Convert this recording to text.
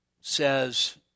says